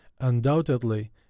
undoubtedly